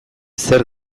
zer